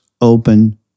open